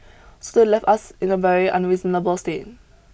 so they left us in a very unreasonable state